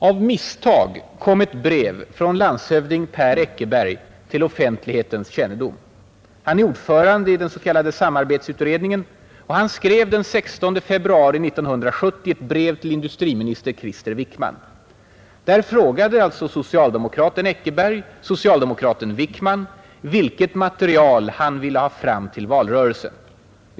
Av misstag kom ett brev från landshövding Per Eckerberg till offentlighetens kännedom. Han är ordförande i den s.k. samarbetsutredningen, och han skrev den 16 februari 1970 ett brev till industriminister Krister Wickman. Där frågade alltså socialdemokraten Eckerberg socialdemokraten Wickman vilket material han ville ha fram till valrörelsen.